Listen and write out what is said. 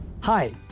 Hi